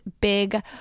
big